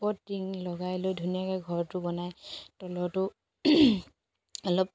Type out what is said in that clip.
ওপৰত টিং লগাই লৈ ধুনীয়াকে ঘৰটো বনাই তলটো অলপ